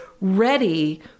ready